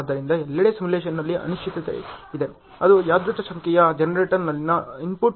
ಆದ್ದರಿಂದ ಎಲ್ಲೆಡೆ ಸಿಮ್ಯುಲೇಶನ್ನಲ್ಲಿ ಅನಿಶ್ಚಿತತೆಯಿದೆ ಅದು ಯಾದೃಚ್ ಸಂಖ್ಯೆಯ ಜನರೇಟರ್ನಲ್ಲಿನ ಇನ್ಪುಟ್ ಕಾರಣ